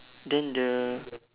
then the